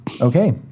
Okay